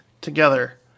together